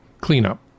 cleanup